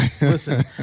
Listen